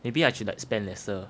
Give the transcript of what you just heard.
maybe I should like spend lesser